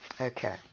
Okay